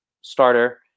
starter